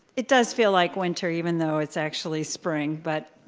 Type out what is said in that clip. it does feel like winter, even though it's actually spring, but